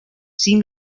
sin